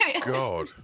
God